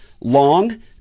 long